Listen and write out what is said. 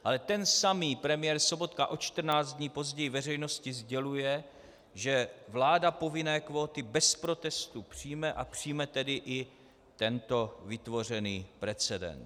Ale ten samý premiér Sobotka o 14 dní později veřejnosti sděluje, že vláda povinné kvóty bez protestu přijme, a přijme tedy i tento vytvořený precedens.